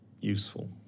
useful